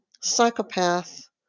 psychopath